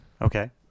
okay